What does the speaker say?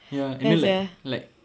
ya and then like like